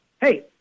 hey